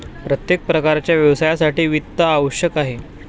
प्रत्येक प्रकारच्या व्यवसायासाठी वित्त आवश्यक आहे